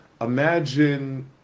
imagine